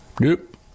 Nope